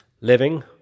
living